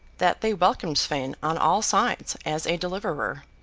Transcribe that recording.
that they welcomed sweyn on all sides, as a deliverer.